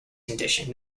condition